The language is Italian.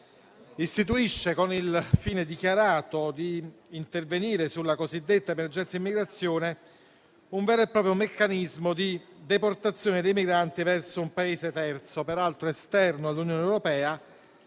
istituisce, con il fine dichiarato di intervenire sulla cosiddetta emergenza immigrazione, un vero e proprio meccanismo di deportazione dei migranti verso un Paese terzo, peraltro esterno all'Unione europea,